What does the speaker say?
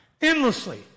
Endlessly